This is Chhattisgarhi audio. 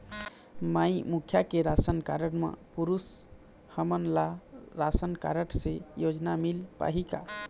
माई मुखिया के राशन कारड म पुरुष हमन ला राशन कारड से योजना मिल पाही का?